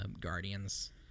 Guardians